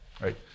right